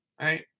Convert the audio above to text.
Right